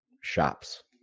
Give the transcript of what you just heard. shops